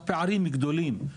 הפערים גדולים,